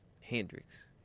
Hendrix